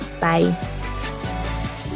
Bye